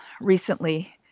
recently